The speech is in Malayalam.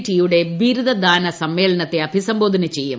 ടിയുടെ ബിരുദ ദാന സമ്മേളനത്തെ അഭിസംബോഗ്രന്റ് ചെയ്യും